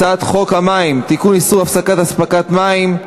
הצעת חוק המים (תיקון, איסור הפסקת אספקת מים),